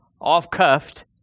off-cuffed